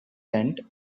tent